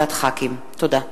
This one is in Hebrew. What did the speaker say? הצעת חוק הרשויות המקומיות (בחירות)